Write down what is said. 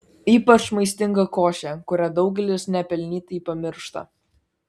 ypač maistinga košė kurią daugelis nepelnytai pamiršta